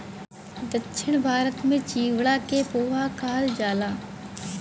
दक्षिण भारत में चिवड़ा के पोहा कहल जाला